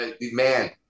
man